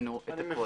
יבחנו את הכול.